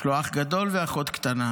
יש לו אח גדול ואחות קטנה.